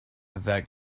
that